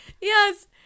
yes